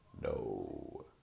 no